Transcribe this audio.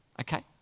okay